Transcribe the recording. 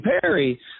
Perry